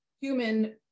human